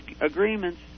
agreements